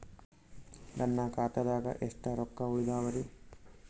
ನನ್ನ ಖಾತಾದಾಗ ಎಷ್ಟ ರೊಕ್ಕ ಉಳದಾವರಿ?